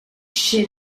chez